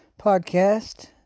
podcast